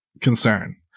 concern